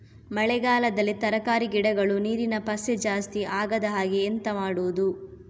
ಮಳೆಗಾಲದಲ್ಲಿ ತರಕಾರಿ ಗಿಡಗಳು ನೀರಿನ ಪಸೆ ಜಾಸ್ತಿ ಆಗದಹಾಗೆ ಎಂತ ಮಾಡುದು?